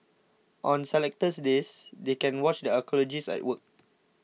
on selected days they can watch the archaeologists at work